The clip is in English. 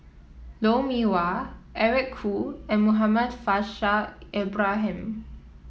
Lou Mee Wah Eric Khoo and Muhammad Faishal Ibrahim